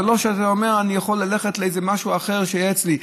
זה לא שאתה אומר: אני יכול ללכת למשהו אחר שייעץ לי.